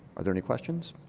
are there any questions?